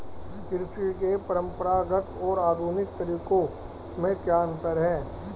कृषि के परंपरागत और आधुनिक तरीकों में क्या अंतर है?